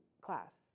class